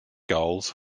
goals